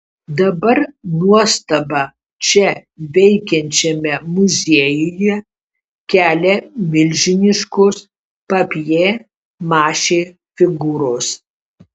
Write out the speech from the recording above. dabar nuostabą čia veikiančiame muziejuje kelia milžiniškos papjė mašė figūros